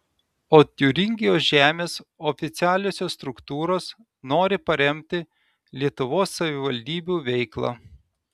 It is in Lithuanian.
o tiūringijos žemės oficialiosios struktūros nori paremti lietuvos savivaldybių veiklą